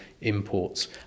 imports